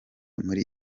muri